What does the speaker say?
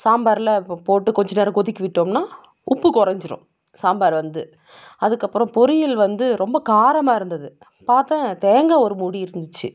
சாம்பாரில் இப்போ போட்டு கொஞ்சம் நேரம் கொதிக்க விட்டோம்னால் உப்பு குறைஞ்சிரும் சாம்பார் வந்து அதுக்கப்புறம் பொரியல் வந்து ரொம்ப காரமாக இருந்தது பார்த்தா தேங்காய் ஒரு மூடி இருந்துச்சு